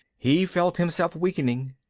he felt himself weakening.